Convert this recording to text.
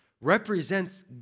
represents